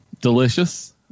delicious